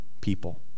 people